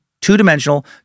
two-dimensional